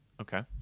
Okay